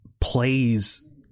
plays